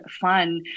fun